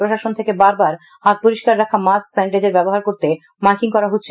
প্রশাসন থেকে বারবার হাত পরিষ্কার রাখা মাস্ক সেনিটাইজার ব্যবহার করতে মাইকিং করা হচ্ছে